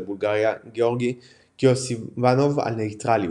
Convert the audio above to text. בולגריה גאורגי קיוסאיבנוב על נייטרליות.